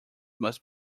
must